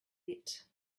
lit